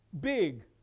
Big